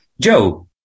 Joe